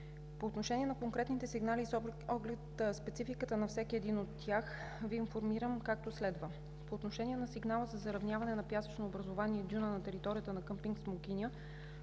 По отношение на конкретните сигнали с оглед спецификата на всеки един от тях Ви информирам, както следва: по отношение на сигнала за заравняване на пясъчно образувание дюна на територията на къмпинг „Смокиня“